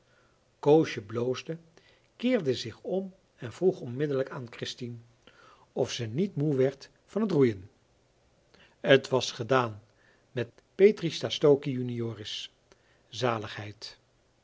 koosje bloosde keerde zich om en vroeg onmiddellijk aan christien of ze niet moe werd van het roeien het was gedaan met petri stastokii junioris zaligheid